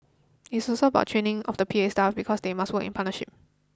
it's also about training of the P A staff because they must work in partnership